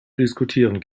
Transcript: diskutieren